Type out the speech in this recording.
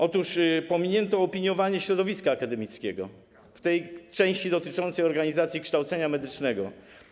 Otóż pominięto opiniowanie środowiska akademickiego w części dotyczącej organizacji kształcenia medycznego.